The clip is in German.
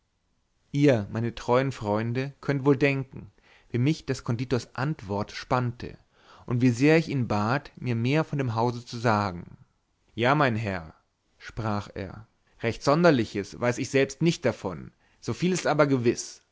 ihr meine treuen freunde könnt wohl denken wie mich des konditors antwort spannte und wie sehr ich ihn bat mir mehr von dem hause zu sagen ja mein herr sprach er recht sonderliches weiß ich selbst nicht davon so viel ist aber gewiß